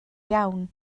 iawn